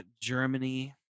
Germany